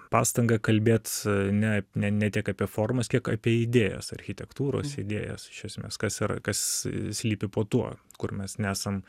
pastangą kalbėt ne ne ne tiek apie formas kiek apie idėjas architektūros idėjas iš esmės kas yra kas slypi po tuo kur mes nesam